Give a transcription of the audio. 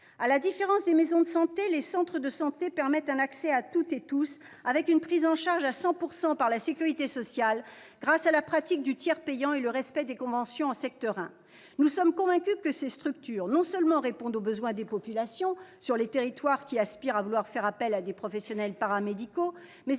À la différence des maisons de santé, les centres de santé permettent un accès à toutes et tous avec une prise en charge à 100 % par la sécurité sociale grâce à la pratique du tiers payant et au respect des conventions en secteur 1. Nous sommes convaincus que ces structures répondent non seulement aux besoins des populations sur les territoires qui aspirent à pouvoir faire appel à des professionnels paramédicaux,